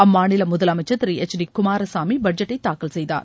அம்மாநில முதலனமச்சா் திரு எச் டி குமாரசாமி பட்ஜெட்டை தாக்கல் செய்தார்